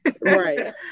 right